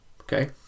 okay